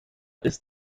ist